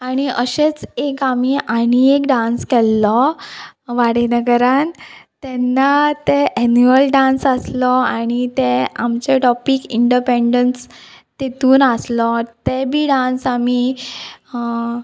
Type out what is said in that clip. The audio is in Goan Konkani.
आनी अशेंच एक आमी आनी एक डांस केल्लो वाडेनगरान तेन्ना तें एन्युअल डांस आसलो आनी तें आमचे टॉपीक इंडपेन्डन्स तेतून आसलो तें बी डांस आमी